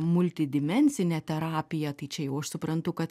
multidimensine terapija tai čia jau aš suprantu kad